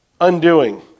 undoing